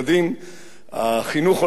החינוך עולה הרבה כסף,